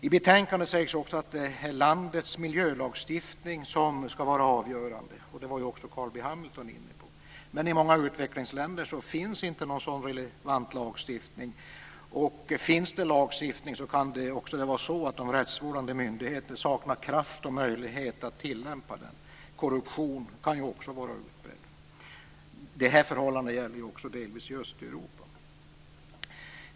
I betänkandet sägs också att det är landets miljölagstiftning som skall vara avgörande. Det var ju också Carl B Hamilton inne på. Men i många utvecklingsländer finns inte någon relevant lagstiftning, och finns det en lagstiftning kan det vara så att de rättsvårdande myndigheterna saknar kraft och möjlighet att tillämpa den. Korruptionen kan var utbredd. Det här förhållandet gäller ju också delvis i Östeuropa.